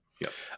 Yes